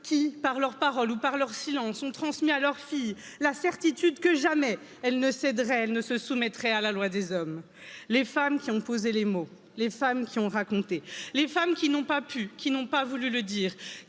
qui, par leur parole ou par leur silence, ont transmis à leurs filles, la certitude que jamais elles ne céderaient et elle ne se soumettraient à la loi des hommes, les femmes qui ont posé les mots, les femmes qui ont raconté les femmes qui n'ont pas pu, qui n'ont pas voulu le dire